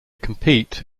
compete